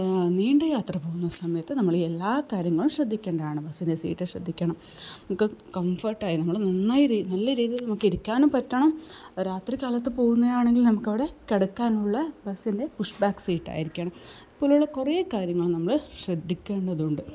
നീണ്ട യാത്ര പോകുന്ന സമയത്ത് നമ്മള് എല്ലാ കാര്യങ്ങളും ശ്രദ്ധിക്കേണ്ടതാണ് ബസ്സിൻ്റെ സീറ്റ് ശ്രദ്ധിക്കണം നമുക്ക് കംഫേർട്ടായി നമ്മള് നന്നായി ഇരി നല്ല രീതിയിൽ നമുക്ക് ഇരിക്കാനും പറ്റണം രാത്രികാലത്ത് പോകുന്നതാണെങ്കിൽ നമുക്കവിടെ കിടക്കാനുള്ള ബസ്സിൻ്റെ പുഷ് ബാക്ക് സീറ്റായിരിക്കണം ഇതുപോലുള്ള കുറേ കാര്യങ്ങള് നമ്മള് ശ്രദ്ധിക്കേണ്ടതുണ്ട്